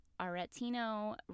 Aretino